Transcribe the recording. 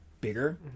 bigger